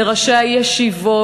לראשי הישיבות,